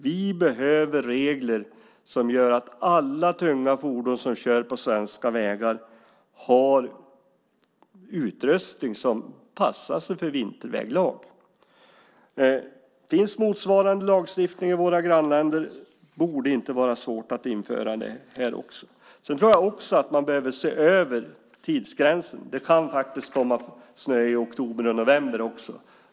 Vi behöver regler som gör att alla tunga fordon som kör på svenska vägar har utrustning som passar sig för vinterväglag. Det finns motsvarande lagstiftning i våra grannländer, och det borde inte vara svårt att införa det här också. Jag tror också att man behöver se över tidsgränsen. Det kan faktiskt komma snö i oktober och november också.